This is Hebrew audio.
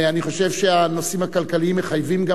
אני חושב שהנושאים הכלכליים מחייבים גם